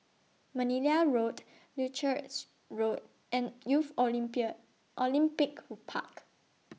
Manila Road Leuchars Road and Youth Olympia Olympic Park